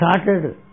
started